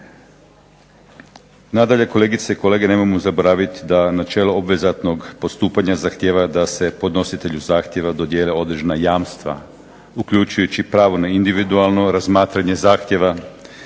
Nadalje, kolegice i kolege nemojmo zaboraviti da načelo obvezatnog postupanja zahtijeva da se podnositelju zahtjeva dodijele određena jamstva uključujući pravo na individualno razmatranje zahtjeva,